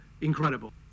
Incredible